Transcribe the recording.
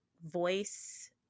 voice